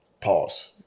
pause